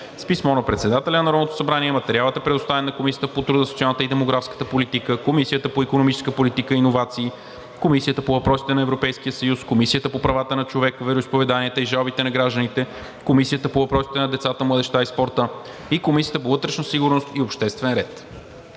С писмо на председателя на Народното събрание материалът е предоставен на Комисията по труда, социалната и демографската политика, Комисията по икономическа политика и иновации, Комисията по въпросите на Европейския съюз, Комисията по правата на човека, вероизповеданията и жалбите на гражданите, Комисията по въпросите на децата, младежта и спорта и Комисията по вътрешна сигурност и обществен ред.